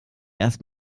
erst